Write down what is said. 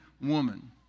woman